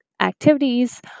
Activities